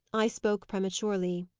i spoke prematurely.